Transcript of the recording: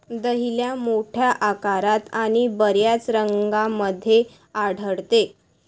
dahlia मोठ्या आकारात आणि बर्याच रंगांमध्ये आढळते